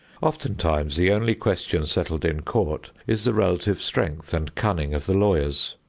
oftentimes the only question settled in court is the relative strength and cunning of the lawyers.